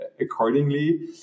accordingly